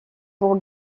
pour